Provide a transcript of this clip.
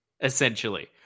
essentially